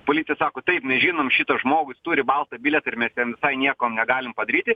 policija sako taip mes žinom šitą žmogų jis turi baltą bilietą ir mes jam nieko negalim padaryti